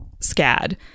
SCAD